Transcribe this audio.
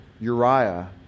Uriah